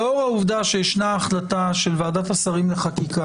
לאור העובדה שישנה החלטה של ועדת השרים לחקיקה